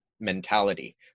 mentality